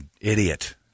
idiot